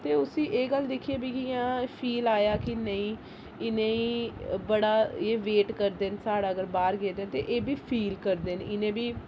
ते उसी एह् गल्ल दिक्खी मिगी इ'यां फील आया कि नेईं इनेंई बड़ा एह् वेट करदे न साढ़ा अगर बाह्र गेदे ते एह् बी फील करदे न इनें बी